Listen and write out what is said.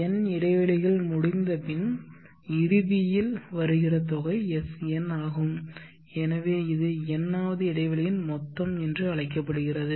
N இடைவெளிகள் முடிந்தபின் இறுதியில் வருகிற தொகை Sn ஆகும் எனவே இது n வது இடைவெளியின் மொத்தம் என்று அழைக்கப்படுகிறது